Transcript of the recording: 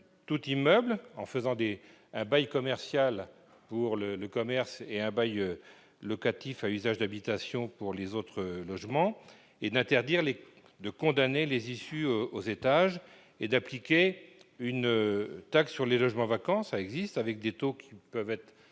tous immeubles », en faisant un bail commercial pour le commerce et un bail locatif à usage d'habitation pour les autres logements, d'interdire la condamnation des issues aux étages et d'appliquer une taxe sur les logements vacants, avec des taux renforcés